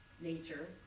nature